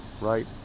right